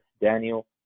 Daniel